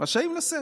"רשאים לשאת".